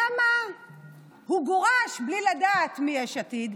למה הוא גורש בלי לדעת מיש עתיד?